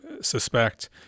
suspect